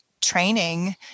training